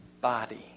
body